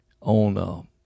on